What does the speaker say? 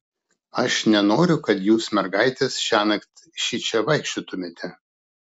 aš nenoriu kad jūs mergaitės šiąnakt šičia vaikščiotumėte